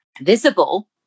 visible